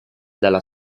dalla